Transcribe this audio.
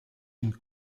une